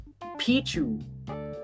Pichu